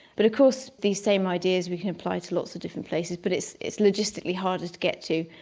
but of course these same ideas we can apply to lots of different places but it's it's logistically harder to get to.